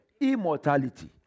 Immortality